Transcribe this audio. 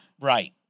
right